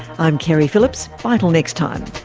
i'm keri phillips. bye till next time